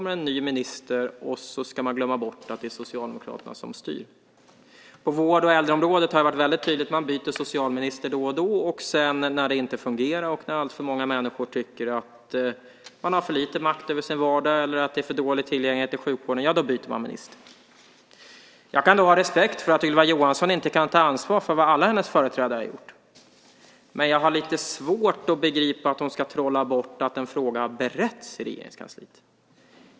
En ny minister kommer, och man ska glömma bort att det är Socialdemokraterna som styr. På vård och äldreområdet har det varit väldigt tydligt. Man byter ju socialminister då och då. När det inte fungerar och när alltför många människor tycker sig ha alltför lite makt över sin vardag eller att det är för dålig tillgänglighet i sjukvården byter man minister. Jag kan ha respekt för att Ylva Johansson inte kan ta ansvar för vad alla hennes företrädare har gjort. Men jag har lite svårt att begripa att hon ska trolla bort att en fråga har beretts i Regeringskansliet.